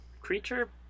Creature